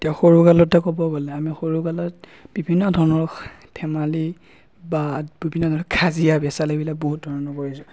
এতিয়া সৰুকালতে ক'ব গ'লে আমি সৰুকালত বিভিন্ন ধৰণৰ ধেমালি বা বিভিন্ন ধৰণৰ কাজিয়া পেঁচাল এইবিলাক বহুত ধৰণৰ কৰিছোঁ